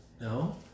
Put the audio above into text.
No